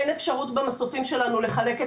אין אפשרות במסופים שלנו לחלק את